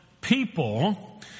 people